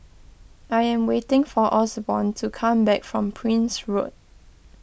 I am waiting for Osborne to come back from Prince Road